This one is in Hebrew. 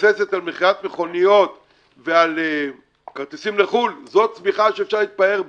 שמתבססת על מכירת מכוניות ועל כרטיסים לחו"ל זאת צמיחה שאפשר להתפאר בה.